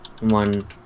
one